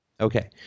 Okay